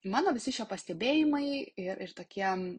mano visi šie pastebėjimai ir ir tokie